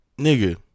Nigga